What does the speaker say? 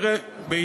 אדוני,